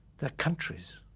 their countries.